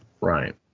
Right